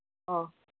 ꯑꯣ